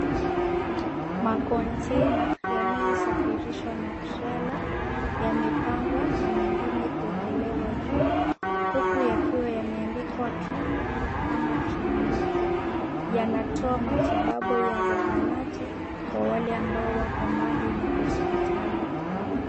Makontena yanayosafirishwa na trela yamepangwa na mengine yameekelewa juu huku yakiwa yameandikwa clinic ama kliniki. Yanatoa matibabu ya zahanati kwa wale ambao wako mbali na hospitali.